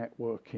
networking